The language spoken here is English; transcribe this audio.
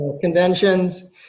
conventions